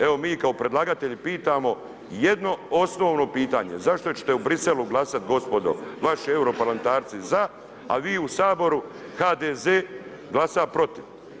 Evo mi kao predlagatelji pitamo jedno osnovno pitanje zašto ćete u Bruxellesu glasat gospodo vaši europarlamentarci za, a vi u Saboru HDZ glasa protiv.